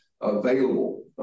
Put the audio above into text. available